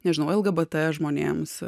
nežinaulgbt žmonėms